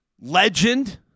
legend